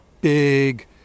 big